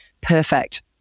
perfect